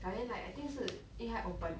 but then like I think 是因为他 open